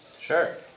Sure